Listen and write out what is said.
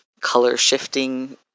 color-shifting